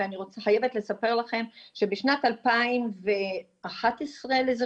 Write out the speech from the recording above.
ואני חייבת לספר לכם שבשנת 2011 או 2012,